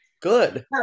Good